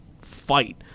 fight